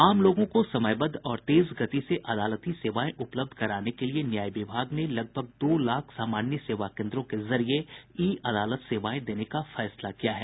आम लोगों को समयबद्ध और तेज गति से अदालती सेवाएं उपलब्ध करने के लिए न्याय विभाग ने लगभग दो लाख सामान्य सेवा केंद्रों के जरिए ई अदालत सेवाएं देने का फैसला किया है